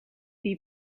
wie